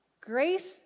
Grace